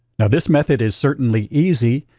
now this method is certainly easy,